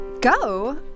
Go